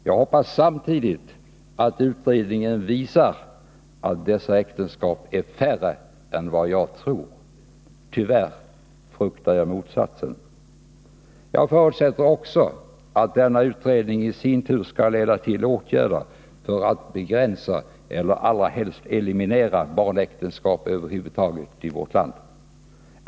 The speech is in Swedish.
Jag hoppas att utredningen visar att dessa äktenskap är färre än jag tror. Tyvärr fruktar jag motsatsen. Jag förutsätter att denna utredning i sin tur skall leda till åtgärder för att begränsa eller helst eliminera barnäktenskapen över huvud taget i vårt land.